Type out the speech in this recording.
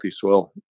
soil